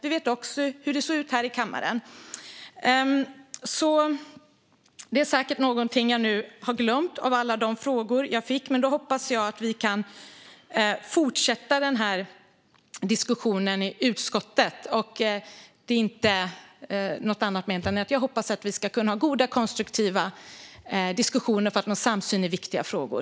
Vi vet också hur det såg ut här i kammaren. Jag har säkert glömt någon av alla de frågor jag fick, men då hoppas jag att vi kan fortsätta med diskussionen i utskottet. Jag menar inte något annat än att jag hoppas att vi ska kunna ha goda och konstruktiva diskussioner för att nå samsyn i viktiga frågor.